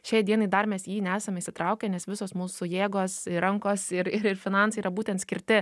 šiai dienai dar mes į jį nesame įsitraukę nes visos mūsų jėgos ir rankos ir ir ir finansai yra būtent skirti